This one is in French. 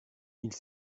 ils